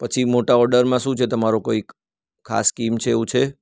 પછી મોટા ઓર્ડરમાં શું છે તમારો કોઈક ખાસ સ્કીમ છે એવું છે